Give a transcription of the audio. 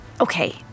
Okay